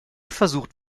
versucht